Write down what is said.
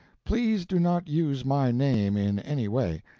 please do not use my name in any way.